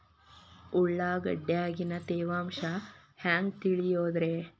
ಉಳ್ಳಾಗಡ್ಯಾಗಿನ ತೇವಾಂಶ ಹ್ಯಾಂಗ್ ತಿಳಿಯೋದ್ರೇ?